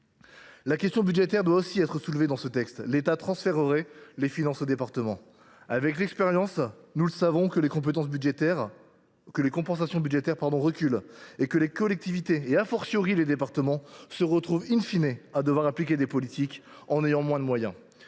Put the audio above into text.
La question budgétaire doit aussi être soulevée. Avec ce texte, l’État transférerait les financements aux départements. Or, avec l’expérience, nous savons que les compensations budgétaires reculent et que les collectivités, les départements, se retrouvent à devoir appliquer des politiques avec des moyens